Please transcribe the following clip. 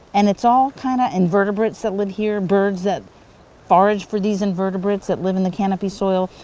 and it's all kind of invertebrates that live here, birds that forage for these invertebrates that live in the canopy soil.